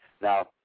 Now